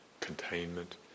containment